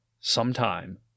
sometime